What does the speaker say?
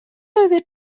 oeddet